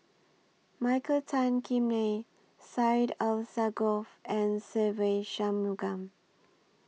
Michael Tan Kim Nei Syed Alsagoff and Se Ve Shanmugam